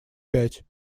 пять